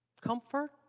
Comfort